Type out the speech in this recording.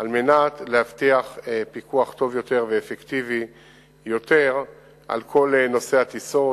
על מנת להבטיח פיקוח טוב יותר ואפקטיבי יותר על כל נושא הטיסות.